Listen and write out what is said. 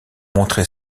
montrer